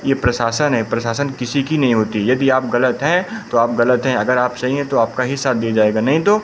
यह प्रशासन है प्रशासन किसी की नहीं होती यदि आप ग़लत हैं तो आप ग़लत हैं अगर आप सही हैं तो आपका ही साथ दिया जाएगा नहीं तो